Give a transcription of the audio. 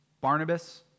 Barnabas